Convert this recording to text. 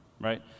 right